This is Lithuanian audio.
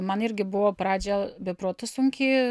man irgi buvo pradžia be proto sunki